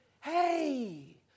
Hey